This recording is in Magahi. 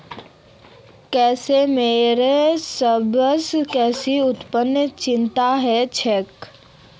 केस मेयरेर सबस बेसी उत्पादन चीनत ह छेक